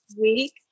week